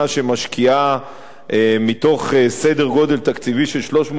שמשקיעה מתוך סדר-גודל תקציבי של 300 מיליארד,